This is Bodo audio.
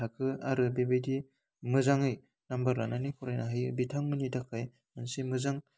थाखो आरो बेबायदि मोजाङै नाम्बार लानानै फरायनो हायो बिथांमोननि थाखाय मोनसे मोजां